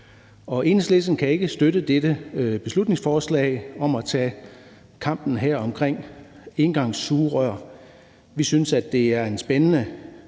Enhedslisten kan ikke støtte dette beslutningsforslag om at tage kampen her omkring engangssugerør. Vi synes, at det er en spændende